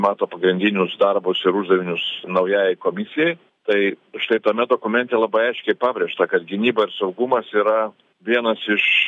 mato pagrindinius darbus ir uždavinius naujajai komisijai tai štai tame dokumente labai aiškiai pabrėžta kad gynyba ir saugumas yra vienas iš